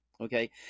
Okay